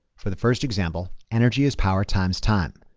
for the first example, energy is power times time.